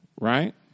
Right